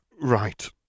right